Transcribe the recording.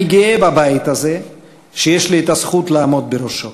אני גאה בבית הזה שיש לי הזכות לעמוד בראשו,